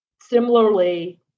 Similarly